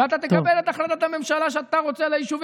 ואתה תקבל את החלטת הממשלה שאתה רוצה על היישובים,